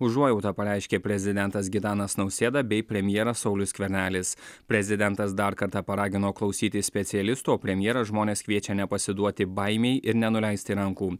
užuojautą pareiškė prezidentas gitanas nausėda bei premjeras saulius skvernelis prezidentas dar kartą paragino klausyti specialistų o premjeras žmones kviečia nepasiduoti baimei ir nenuleisti rankų